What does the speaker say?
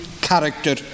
character